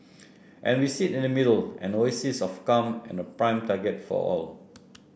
and we sit in the middle an oasis of calm and a prime target for all